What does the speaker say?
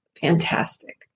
fantastic